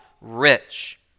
rich